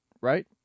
right